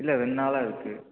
இல்லை ரெண்டு நாளாக இருக்குது